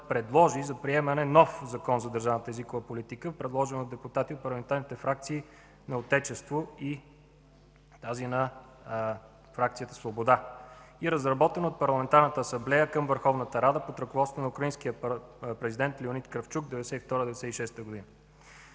предложи приемане на нов Закон за държавната езикова политика, предложен от депутати от парламентарните фракции на „Отечество” и на фракцията „Свобода”, и разработен от Парламентарната асамблея към върховната Рада под ръководството на украинския президент Леонид Кравчук през 1992 – 1996 г.